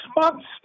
months